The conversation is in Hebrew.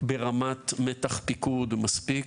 ברמת מתח פיקוד מספיק.